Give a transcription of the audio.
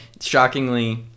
shockingly